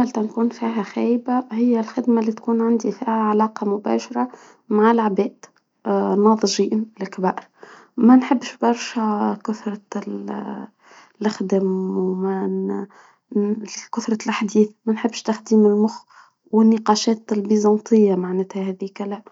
الخدمه اللى تكون فيها خايبة هي الخدمة اللي تكون عندي فيها علاقة مباشرة مع العباد ناضجين الكبار ما نحبش برشا قصة الخدم وما كثرة الحديث ما نحبش تاخدي من المخ والنقاشات البيزنطية معناتها هاديك لا